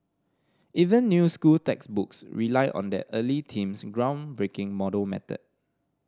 even new school textbooks rely on that early team's groundbreaking model method